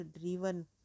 driven